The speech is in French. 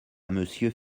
monsieur